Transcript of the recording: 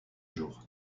jour